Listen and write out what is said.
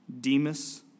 Demas